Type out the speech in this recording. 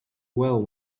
well